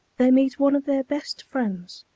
they meet one of their best friends,